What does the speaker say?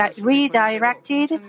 redirected